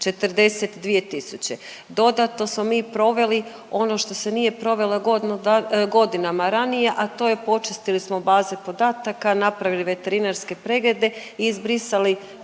tisuće. Dodatno smo mi proveli ono što se nije provelo godinu, godinama ranije, a to je počistili smo baze podataka, napravili veterinarske preglede i izbrisali